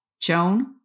Joan